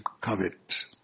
covet